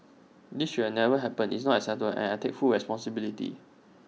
this should never happened is not acceptable and I take full responsibility